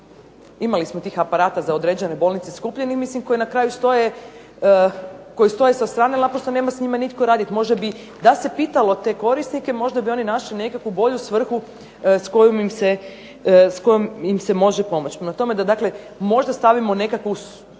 Imali smo tih aparata za određene bolnice skupljeni, mislim koje na kraju stoje, koji stoje sa strane jer naprosto nema s njima nitko raditi. Možda bi da se pitalo te korisnike možda bi oni našli nekakvu bolju svrhu s kojom im se može pomoći. Prema tome, da dakle možda stavimo nekakvu